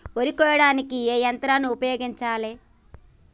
వరి కొయ్యడానికి ఏ యంత్రాన్ని ఉపయోగించాలే?